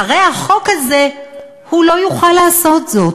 אחרי החוק הזה הוא לא יוכל לעשות זאת,